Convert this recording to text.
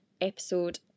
episode